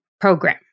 program